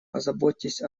позаботьтесь